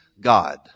God